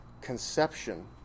conception